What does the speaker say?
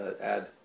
add